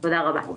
תודה רבה.